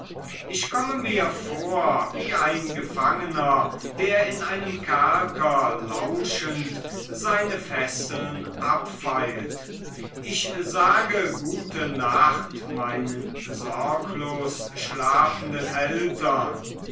ich komme mir vor wie ein gefangener der in einem kerker lauschend seine fesseln abfeilt ich sage gute nacht meinen sorglos schlafenden eltern